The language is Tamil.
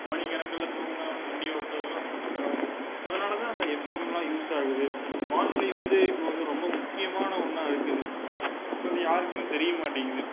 மணிக்கணக்கில் தூங்காமல் வண்டி ஓட்டுவதெல்லாம் ரொம்ப சிரமம் அதனாலதான் அந்த எஃப்எம்மெல்லாம் யூஸாகுது வானொலி வந்து இப்போ இது ரொம்ப முக்கியமான ஒன்றா இருக்குது இப்போ அது யாருக்குமே தெரியமாட்டேங்குது